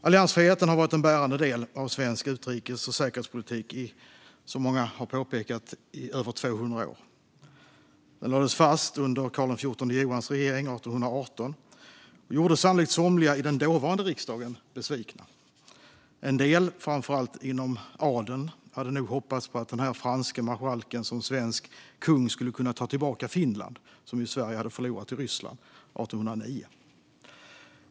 Alliansfriheten har varit en bärande del av svensk utrikes och säkerhetspolitik i över 200 år. Den lades fast under Karl XIV Johans regering 1818 och gjorde sannolikt somliga i den dåvarande riksdagen besvikna. En del, framför allt inom adeln, hade nog hoppats på att den franske marskalken som svensk kung skulle kunna ta tillbaka Finland, som Sverige förlorat till Ryssland 1809.